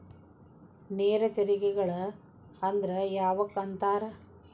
ನೇರ ತೆರಿಗೆಗಳ ಅಂದ್ರ ಯಾವಕ್ಕ ಅಂತಾರ